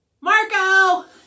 Marco